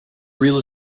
real